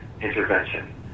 intervention